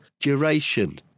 Duration